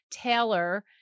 Taylor